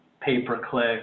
pay-per-click